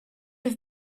have